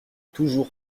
toujours